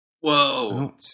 Whoa